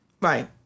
Right